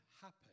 happen